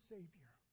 Savior